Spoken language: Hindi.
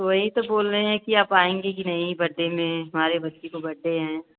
तो वही तो बोल रहे हैं कि आप आएँगे की नहीं बड्डे में हमारे बच्चे का बड्डे है